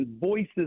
voices